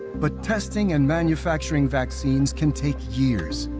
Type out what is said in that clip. but testing and manufacturing vaccines can take years,